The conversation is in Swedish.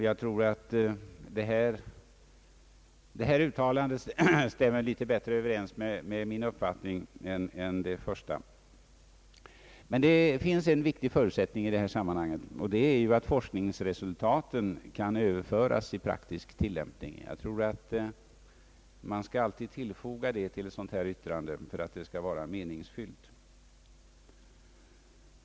Jag tror att det senare uttalandet stämmer bättre överens med min uppfattning än det förra. Det finns emellertid en viktig förutsättning i dessa sammanhang, och det är att forskningsresultaten kan överföras i praktisk tillämpning. Man skall nog alltid tillfoga detta till ett sådant yttrande för att det skall vara meningsfyllt.